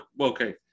okay